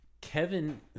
Kevin